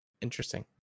Interesting